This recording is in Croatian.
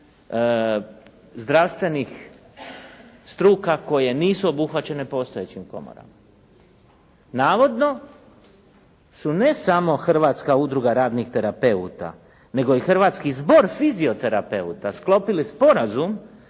zdravstvenih struka koje nisu obuhvaćene postojećim komorama. Navodno su ne samo Hrvatska udruga radnih terapeuta, nego i Hrvatski zbor fizioterapeuta sklopili sporazum